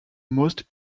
most